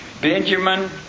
Benjamin